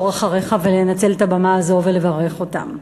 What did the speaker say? אחריך ולנצל את הבמה הזאת ולברך אותם.